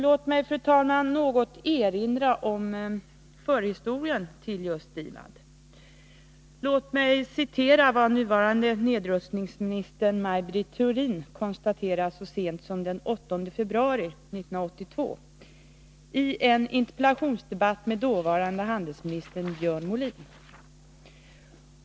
Låt mig, fru talman, något erinra om förhistorien till just DIVAD och citera vad nuvarande nedrustningsministern Maj Britt Theorin så sent som den 8 februari 1982 konstaterade i en interpellationsdebatt med dåvarande handelsministern Björn Molin.